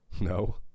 No